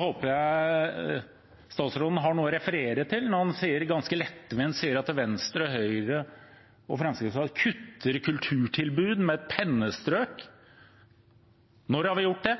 håper jeg statsråden har noe å referere til når hun ganske lettvint sier at Venstre, Høyre og Fremskrittspartiet kutter i kulturtilbud med et pennestrøk. Når har vi gjort det,